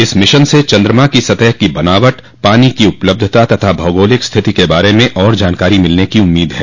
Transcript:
इस मिशन से चन्द्रमा की सतह की बनावट पानी की उपलब्धता तथा भौगोलिक स्थिति के बारे में और जानकारी मिलने की उम्मीद है